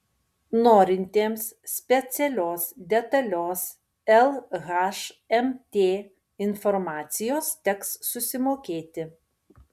norintiems specialios detalios lhmt informacijos teks susimokėti